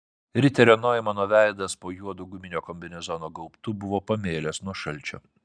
riterio noimano veidas po juodu guminio kombinezono gaubtu buvo pamėlęs nuo šalčio